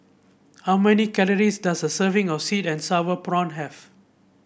how many calories does a serving of sweet and sour prawn have